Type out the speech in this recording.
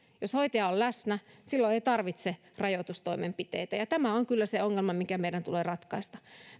jos hoitaja on läsnä silloin ei tarvitse rajoitustoimenpiteitä ja tämä on kyllä se ongelma mikä meidän tulee ratkaista